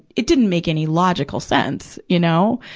it didn't make any logical sense, you know?